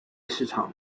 市场